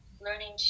learning